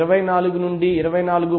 24 24 నుండి 24